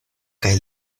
kaj